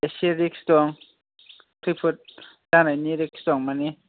एसे रिस्क दं खैफोद जानायनि रिस्क दं माने